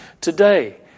today